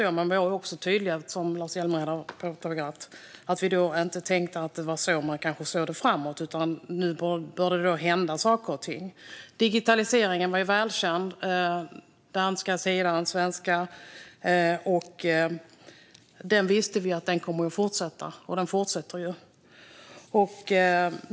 Som Lars Hjälmered sa var det då inte så man såg på det framåt, men då började det hända saker och ting. Digitaliseringen var välkänd i Danmark och Sverige. Vi visste att den skulle fortsätta, och det har den gjort.